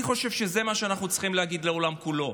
אני חושב שזה מה שאנחנו צריכים להגיד לעולם כולו.